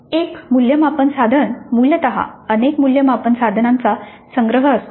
एक मूल्यमापन साधन मूलत अनेक मूल्यमापन साधनांचा संग्रह असतो